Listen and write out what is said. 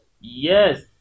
Yes